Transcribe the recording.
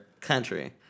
country